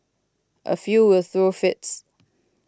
a few will throw fits